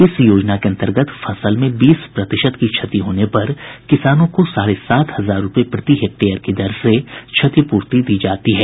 इस योजना के अन्तर्गत फसल में बीस प्रतिशत की क्षति होने पर किसानों को साढ़े सात हजार रूपये प्रति हेक्टेयर की दर से क्षतिपूर्ति दी जाती है